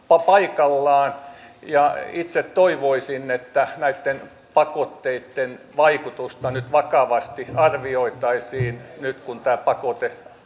paikallaan ja itse toivoisin että näitten pakotteitten vaikutusta vakavasti arvioitaisiin nyt kun tämä pakoteaika